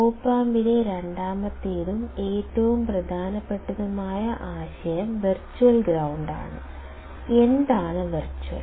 op ആമ്പിലെ രണ്ടാമത്തേതും ഏറ്റവും പ്രധാനപ്പെട്ടതുമായ ആശയം വെർച്വൽ ഗ്രൌണ്ടാണ് എന്താണ് വെർച്വൽ